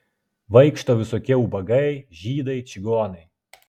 vaikšto visokie ubagai žydai čigonai